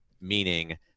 meaning